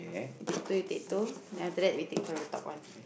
you take two you take two then after that we take from the top one